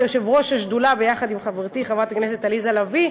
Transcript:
כיושבת-ראש השדולה ביחד עם חברת הכנסת עליזה לביא,